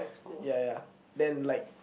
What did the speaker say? ya ya then like